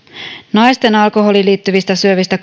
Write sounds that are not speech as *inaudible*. naisten alkoholiin liittyvistä syövistä *unintelligible*